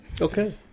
Okay